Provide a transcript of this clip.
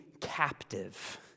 captive